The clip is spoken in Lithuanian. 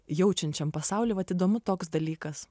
jaučiančiam pasaulį vat įdomu toks dalykas